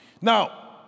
Now